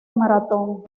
maratón